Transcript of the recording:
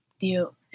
deal